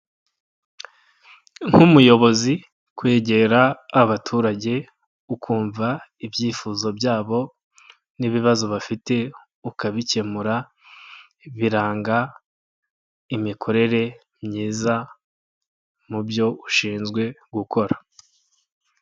Nk'umuyobozi kwegera abaturage ukumva ibyifuzo byabo n'ibibazo bafite ukabikemura biranga imikorere myiza mu byo ushinzwe gukora.